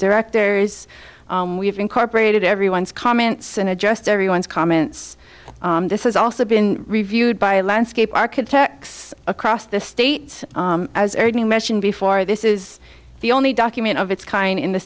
directors we've incorporated everyone's comments and adjust everyone's comments this is also been reviewed by landscape architects across the state as any mention before this is the only document of its kind in the